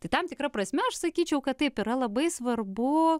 tai tam tikra prasme aš sakyčiau kad taip yra labai svarbu